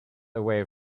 away